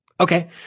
Okay